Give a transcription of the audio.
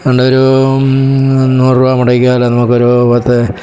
ഏതാണ്ടൊരൂ നൂറു രൂപ മുടക്കിയാൽ നമുക്ക് ഒരു പത്ത്